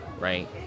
right